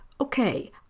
okay